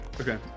Okay